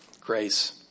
Grace